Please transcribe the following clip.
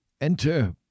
enter